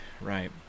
Right